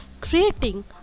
creating